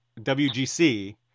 WGC